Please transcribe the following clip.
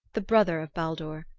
the brother of baldur.